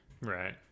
Right